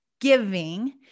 giving